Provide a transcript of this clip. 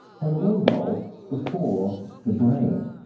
they all evolved before the brain.